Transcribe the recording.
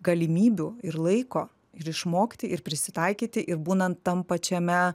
galimybių ir laiko ir išmokti ir prisitaikyti ir būnant tam pačiame